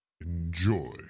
Enjoy